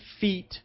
feet